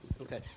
Okay